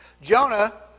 Jonah